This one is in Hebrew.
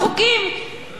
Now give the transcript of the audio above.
ראינו שזה קורה,